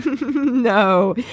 No